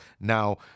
now